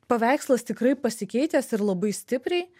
paveikslas tikrai pasikeitęs ir labai stipriai